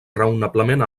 raonablement